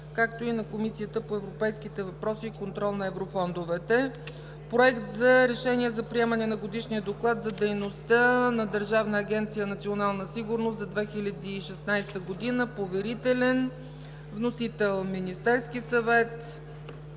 е и на Комисията по европейските въпроси и контрол на европейските фондове. Проект за решение за приемане на Годишния доклад за дейността на Държавна агенция „Национална сигурност“ за 2016 г. (поверителен). Вносител – Министерският съвет.